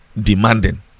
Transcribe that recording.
demanding